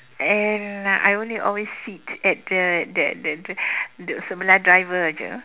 and I only always sit at the the the duduk sebelah driver jer